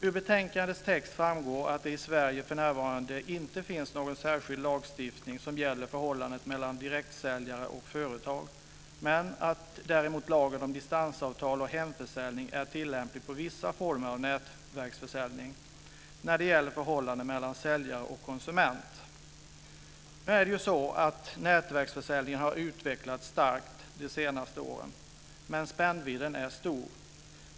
Av betänkandets text framgår att det i Sverige för närvarande inte finns någon särskild lagstiftning som gäller förhållandet mellan direktsäljare och företag men att lagen om distansavtal och hemförsäljning är tillämplig på vissa former av nätverksförsäljning när det gäller förhållandet mellan säljare och konsument. Nätverksförsäljningen har utvecklats starkt de senaste åren, men spännvidden är stor.